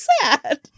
sad